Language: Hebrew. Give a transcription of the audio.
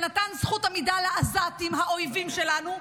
שנתן זכות עמידה לעזתים, האויבים שלנו.